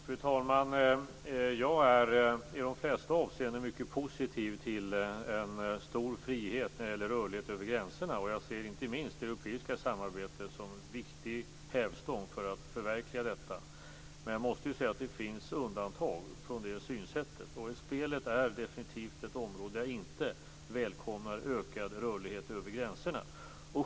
Fru talman! Jag är i de flesta avseenden mycket positiv till en stor frihet när det gäller rörlighet över gränserna, och jag ser inte minst det europeiska samarbetet som ett viktigt sätt att förverkliga det. Men jag måste säga att det finns det undantag från det synsättet, och spel är definitivt ett område där jag inte välkomnar ökad rörlighet över gränserna.